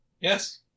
Yes